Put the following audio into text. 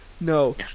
no